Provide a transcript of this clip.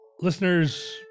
Listeners